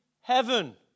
heaven